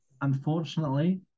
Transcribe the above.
unfortunately